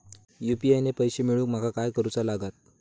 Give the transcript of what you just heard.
UPI ने पैशे मिळवूक माका काय करूचा लागात?